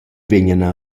vegna